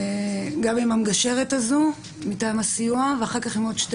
עם המגשרת הזו מטעם הסיוע ואחר כך עם עוד שתי